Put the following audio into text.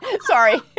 Sorry